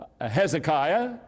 Hezekiah